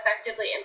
effectively